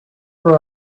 for